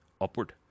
upward